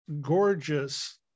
gorgeous